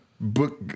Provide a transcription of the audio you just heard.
book